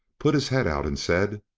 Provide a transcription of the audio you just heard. put his head out and said,